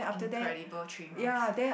incredible three months